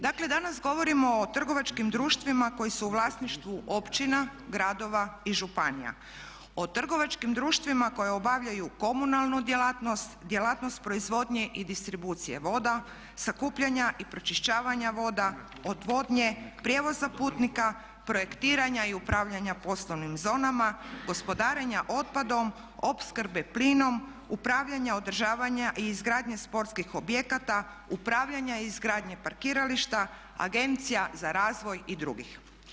Dakle danas govorimo o trgovačkim društvima koji su u vlasništvu općina, gradova i županija, o trgovačkim društvima koje obavljaju komunalnu djelatnost, djelatnost proizvodnje i distribucije voda, sakupljanja i pročišćavanja voda, odvodnje, prijevoza putnika, projektiranja i upravljanja poslovnim zonama, gospodarenja otpadom, opskrbe plinom, upravljanja održavanja i izgradnje sportskih objekata, upravljanja i izgradnje parkirališta, agencija za razvoj i drugih.